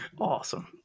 Awesome